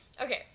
Okay